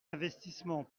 d’investissements